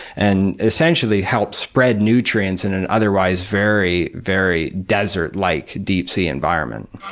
and essentially help spread nutrients in an otherwise very very desert-like deep sea environment.